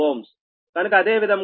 కనుక అదే విధముగా ZB3VB32MVA base 0